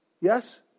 Yes